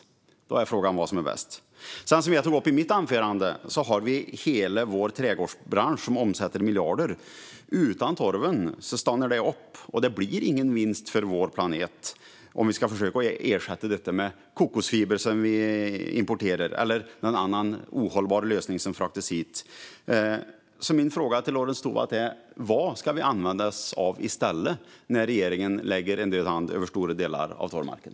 Då är frågan vad som är bäst. Jag tog upp i mitt anförande att hela trädgårdsbranschen omsätter miljarder. Utan torven stannar branschen upp, och det blir ingen vinst för vår planet om vi ska försöka ersätta torv med importerad kokosfiber eller något annat ohållbart alternativ som fraktas hit. Vad ska vi använda oss av i stället, Lorentz Tovatt, när regeringen lägger en död hand över stora delar av torvmarken?